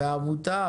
אמרת גם עמותה.